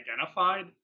identified